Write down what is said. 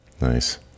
Nice